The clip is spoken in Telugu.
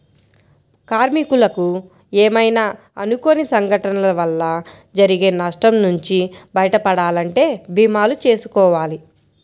కార్మికులకు ఏమైనా అనుకోని సంఘటనల వల్ల జరిగే నష్టం నుంచి బయటపడాలంటే భీమాలు చేసుకోవాలి